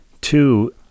Two